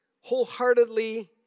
wholeheartedly